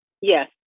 Yes